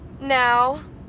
Now